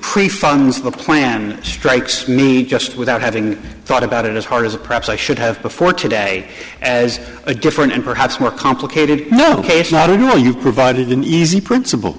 pre fund the plan strikes me just without having thought about it as hard as perhaps i should have before today as a different and perhaps more complicated no case not a rule you provided an easy principle